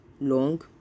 long